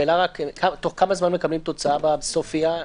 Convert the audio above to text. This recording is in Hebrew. בתוך כמה זמן מקבלים תוצאה בסופיה?